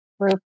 group